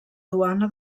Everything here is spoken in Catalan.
duana